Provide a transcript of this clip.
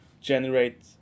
generate